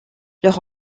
leurs